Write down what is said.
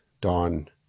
Dawn